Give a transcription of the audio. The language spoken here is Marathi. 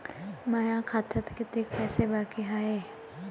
माया खात्यात कितीक पैसे बाकी हाय?